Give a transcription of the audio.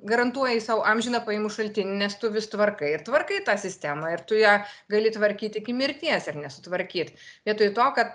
garantuoji sau amžiną pajamų šaltinį nes tu vis tvarkai ir tvarkai tą sistemą ir tu ją gali tvarkyt iki mirties ir nesutvarkyt vietoj to kad